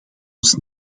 ons